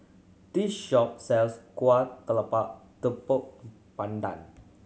this shop sells kuah talam tepong pandan